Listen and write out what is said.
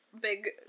big